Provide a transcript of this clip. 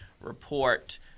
report